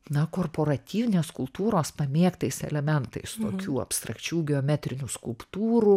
na korporatyvinės kultūros pamėgtais elementais tokių abstrakčių geometrinių skulptūrų